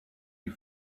you